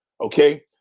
Okay